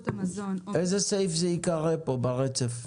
איזה סעיף זה יהיה פה ברצף?